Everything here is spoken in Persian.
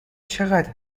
چقدر